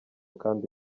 kandi